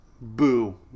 Boo